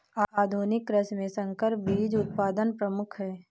आधुनिक कृषि में संकर बीज उत्पादन प्रमुख है